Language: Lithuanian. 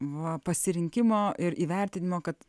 pasirinkimo ir įvertinimo kad